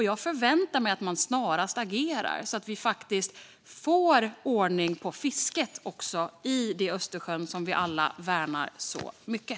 Jag förväntar mig att man snarast agerar så att vi också får ordning på fisket i det Östersjön som vi alla värnar så mycket.